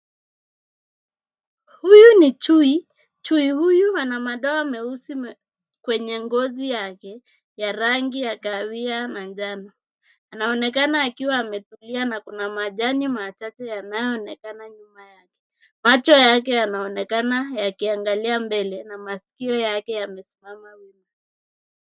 Huyu ni chui. Chui huyu ana madoa meusi kwenye ngozi yake ya rangi ya kahawia manjano. Anaonekana akiwa ametulia na kuna machache yanayoonekana nyuma yake. Macho yake yanaonekana yakiangalia mbele na masikio yake yamesimama wima.